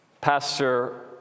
Pastor